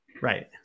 Right